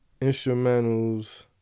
instrumentals